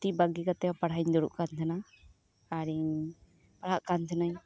ᱜᱟᱛᱮᱜ ᱵᱟᱜᱤ ᱠᱟᱛᱮᱫ ᱯᱟᱲᱦᱟᱜ ᱤᱧ ᱫᱩᱲᱩᱵ ᱠᱟᱱ ᱛᱟᱦᱮᱸᱫᱼᱟ ᱟᱨᱤᱧ ᱯᱟᱲᱦᱟᱜ ᱠᱟᱱ ᱛᱟᱦᱮᱫᱟᱹᱧ